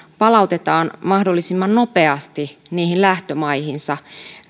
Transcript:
palautetaan mahdollisimman nopeasti niihin lähtömaihinsa